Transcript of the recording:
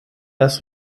das